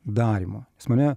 darymo mane